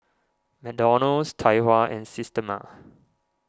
McDonald's Tai Hua and Systema